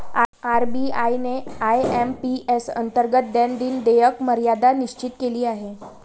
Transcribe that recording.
RBI ने IMPS अंतर्गत दैनंदिन देयक मर्यादा निश्चित केली आहे